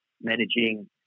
managing